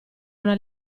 una